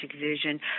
vision